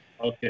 Okay